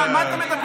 על מה אתם מדברים?